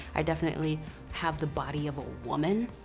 i definitely have the body of a woman.